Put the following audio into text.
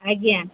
ଆଜ୍ଞା